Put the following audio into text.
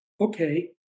okay